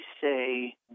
say